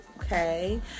Okay